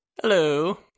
Hello